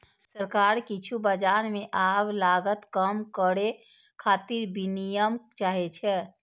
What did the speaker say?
सरकार किछु बाजार मे आब लागत कम करै खातिर विनियम चाहै छै